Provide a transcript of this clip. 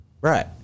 Right